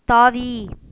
தாவி